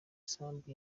sambu